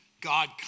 God